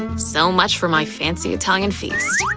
so much for my fancy italian feast.